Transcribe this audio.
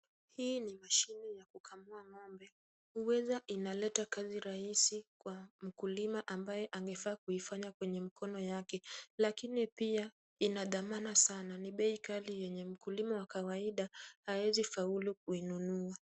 Hii ni mashine ya kukamua ngombe, Uweza inaleta kazi rahisi kwa mkulima ambaye angefaa kuifanya kwenye mkono yake, lakini pia ina dhamana sana, ni bei kali yenye mkulima wa kawaida hawezi faulu kuinunua.